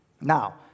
Now